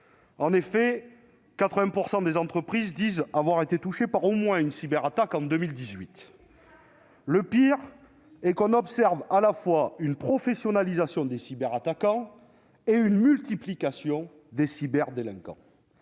En effet, 80 % des entreprises disent avoir été touchées par au moins une cyberattaque en 2018. Le pire est que l'on observe à la fois une professionnalisation des cyberattaquants et une multiplication des cyberdélinquants.